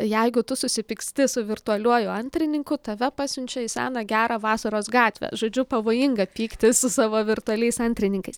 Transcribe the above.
jeigu tu susipyksti su virtualiuoju antrininku tave pasiunčia į seną gerą vasaros gatvę žodžiu pavojinga pyktis su savo virtualiais antrininkais